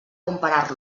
comparar